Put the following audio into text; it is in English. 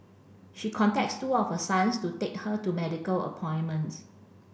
she contacts two of her sons to take her to medical appointments